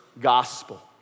gospel